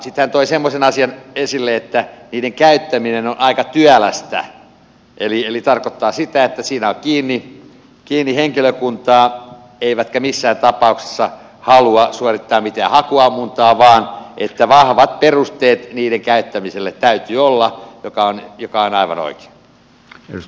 sitten hän toi semmoisen asian esille että niiden käyttäminen on aika työlästä mikä tarkoittaa sitä että siinä on kiinni henkilökuntaa eivätkä he missään tapauksessa halua suorittaa mitään hakuammuntaa vaan vahvat perusteet niiden käyttämiselle täytyy olla mikä on aivan oikein